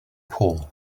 pole